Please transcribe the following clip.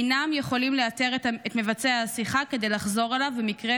אינם יכולים לאתר את מבצע שיחה כדי לחזור אליו במקרה